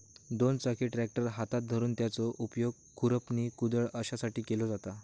दोन चाकी ट्रॅक्टर हातात धरून त्याचो उपयोग खुरपणी, कुदळ अश्यासाठी केलो जाता